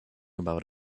about